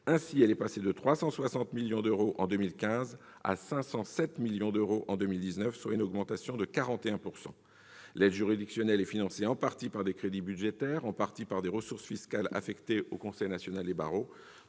Ainsi, elle est passée de 360 millions d'euros en 2015 à 507 millions d'euros en 2019, soit une augmentation de 41 %. L'aide juridictionnelle est financée en partie par des crédits budgétaires, en partie par des ressources fiscales affectées au Conseil national des barreaux.